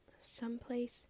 someplace